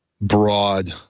broad